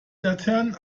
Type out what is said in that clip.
laternen